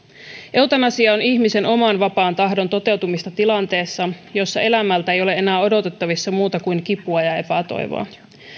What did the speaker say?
eutanasia on ihmisen oman vapaan tahdon toteutumista tilanteessa jossa elämältä ei ole enää odotettavissa muuta kuin kipua ja epätoivoa